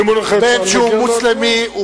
בין שהוא מוסלמי,